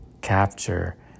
capture